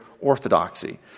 orthodoxy